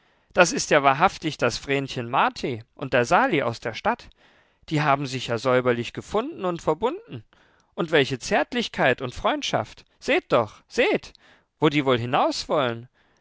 das ist ja wahrhaftig das vrenchen marti und der sali aus der stadt die haben sich ja säuberlich gefunden und verbunden und welche zärtlichkeit und freundschaft seht doch seht wo die wohl hinauswollen